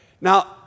Now